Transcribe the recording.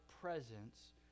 presence